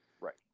Right